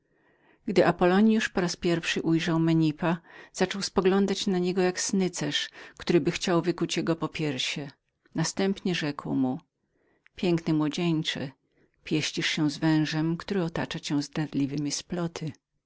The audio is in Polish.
gdy apollonius poraz pierwszy ujrzał menipa zaczął zapatrywać się na niego jak snycerz któryby chciał wykuć jego popiersie następnie rzekł mu o młodzieńcze pieścisz się z wężem który otacza cię zdradliwemi